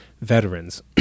veterans